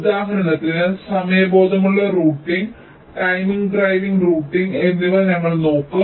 ഉദാഹരണത്തിന് സമയബോധമുള്ള routing timing driven routing എന്നിവ ഞങ്ങൾ നോക്കും